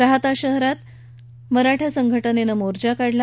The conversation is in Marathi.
राहाता शहरात मराठा संघटनेनं मोर्चा काढला